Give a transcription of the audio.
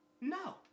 No